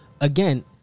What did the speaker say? again